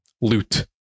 loot